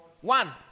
One